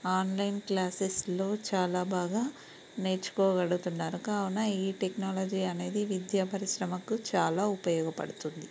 online క్లాసెస్లో చాలా బాగా నేర్చుకోగలుగుతున్నారు కావున ఈ టెక్నాలజీ అనేది విద్య పరిశ్రమకు చాలా ఉపయోగపడుతుంది